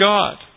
God